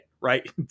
right